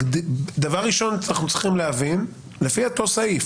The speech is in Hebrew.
דבר ראשון שאנחנו צריכים להבין, לפי אותו סעיף,